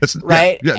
Right